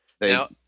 Now